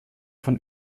von